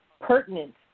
pertinent